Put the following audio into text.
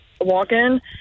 walk-in